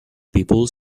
people